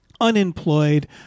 Unemployed